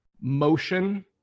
motion